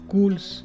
Cools